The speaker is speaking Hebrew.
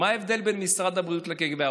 מה ההבדל בין משרד הבריאות לקג"ב?